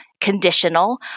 conditional